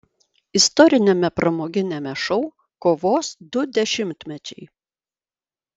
istoriniame pramoginiame šou kovos du dešimtmečiai